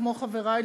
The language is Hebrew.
כמו חברי,